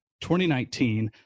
2019